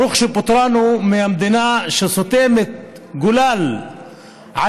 ברוך שפטרנו מהממשלה שסותמת גולל על